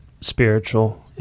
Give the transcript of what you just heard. spiritual